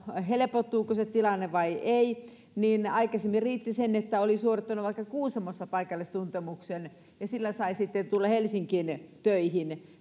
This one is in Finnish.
helpottuuko se tilanne vai ei aikaisemmin riitti että oli suorittanut vaikka kuusamossa paikallistuntemuksen ja sillä sai sitten tulla helsinkiin töihin